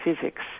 physics